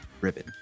ribbon